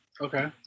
okay